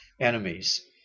enemies